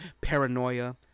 paranoia